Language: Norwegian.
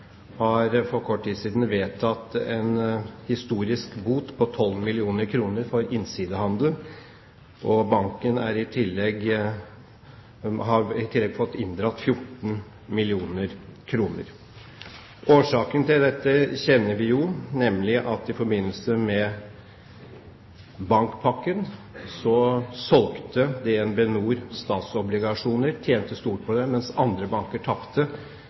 for kort tid siden en historisk bot på 12 mill. kr for innsidehandel. Banken har i tillegg fått inndratt 14 mill. kr. Årsaken til dette kjenner vi jo, nemlig at DnB NOR, på bakgrunn av informasjon gitt av sentralbanken, i forbindelse med bankpakken solgte statsobligasjoner og tjente stort på det, mens andre banker tapte.